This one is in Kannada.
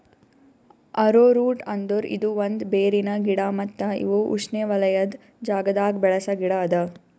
ಅರೋರೂಟ್ ಅಂದುರ್ ಇದು ಒಂದ್ ಬೇರಿನ ಗಿಡ ಮತ್ತ ಇವು ಉಷ್ಣೆವಲಯದ್ ಜಾಗದಾಗ್ ಬೆಳಸ ಗಿಡ ಅದಾ